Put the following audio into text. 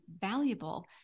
valuable